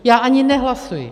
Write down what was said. Já ani nehlasuji.